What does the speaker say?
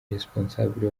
responsable